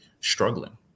struggling